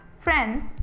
friends